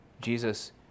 Jesus